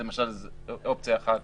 זאת אופציה אחת